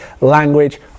language